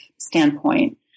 standpoint